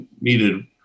needed